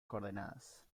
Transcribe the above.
coordenadas